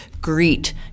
greet